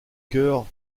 cœur